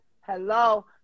Hello